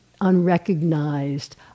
unrecognized